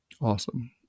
Awesome